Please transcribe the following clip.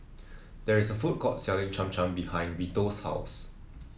there is a food court selling Cham Cham behind Vito's house